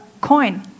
coin